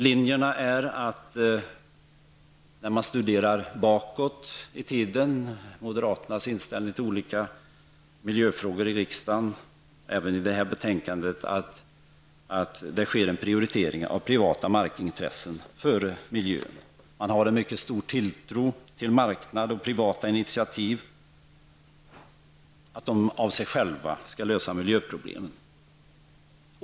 Linjerna är att -- när man studerar moderaternas inställning till olika miljöfrågor i riksdagen bakåt i tiden, men även i det här betänkandet -- det skall ske en prioritering av privata markintressen före miljön. Man har en mycket stor tilltro på att marknad och privata initiativ av sig själva skall lösa miljöproblemen.